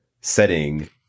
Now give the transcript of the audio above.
setting